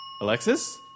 alexis